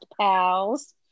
pals